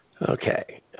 Okay